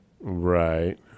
Right